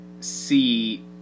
see